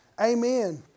Amen